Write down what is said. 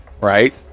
right